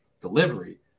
delivery